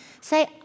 Say